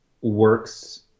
works